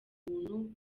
muntu